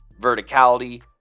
verticality